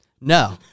no